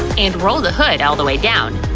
and roll the hood all the way down.